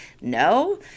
no